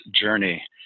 journey